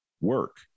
Work